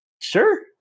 sure